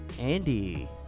Andy